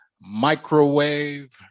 microwave